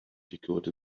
secured